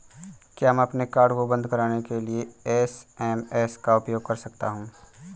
क्या मैं अपने कार्ड को बंद कराने के लिए एस.एम.एस का उपयोग कर सकता हूँ?